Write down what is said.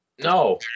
No